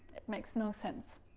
it makes no sense.